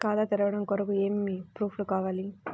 ఖాతా తెరవడం కొరకు ఏమి ప్రూఫ్లు కావాలి?